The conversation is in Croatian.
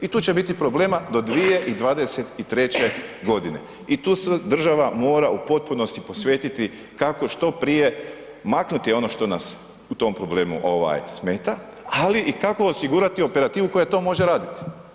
I tu će biti problema do 2023. godine i tu se država mora u potpunosti posvetiti kako što prije maknuti ono što nas u tom problemu smeta ali i kako osigurati operativu koja to može raditi.